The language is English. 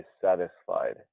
satisfied